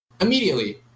Immediately